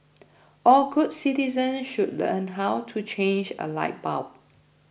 all good citizens should learn how to change a light bulb